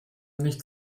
nicht